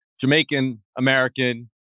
Jamaican-American